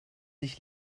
sich